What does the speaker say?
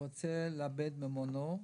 "הרוצה לאבד ממונו",